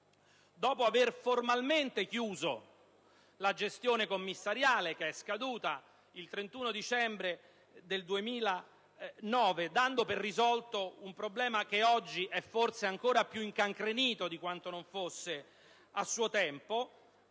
dopo aver formalmente chiuso la gestione commissariale, che è scaduta il 31 dicembre 2009, dando per risolto un problema che oggi è forse ancora più incancrenito di quanto non fosse a suo tempo,